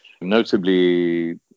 notably